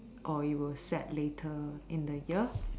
or it will set later in the year